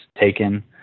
taken